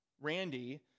Randy